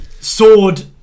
sword